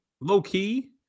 low-key